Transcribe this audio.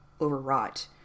overwrought